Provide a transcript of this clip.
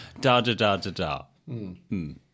Da-da-da-da-da